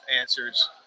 answers